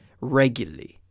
regularly